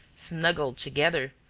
snuggled together,